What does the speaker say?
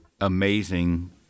amazing